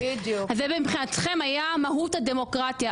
אז זה מבחינתכם היה מהות הדמוקרטיה.